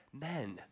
men